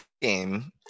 game